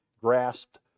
grasped